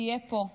שתהיה פה ממשלה,